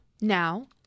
Now